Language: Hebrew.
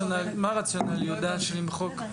הרציונל, יהודה, של למחוק?